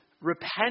repent